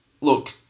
Look